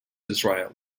israel